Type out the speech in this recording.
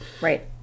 Right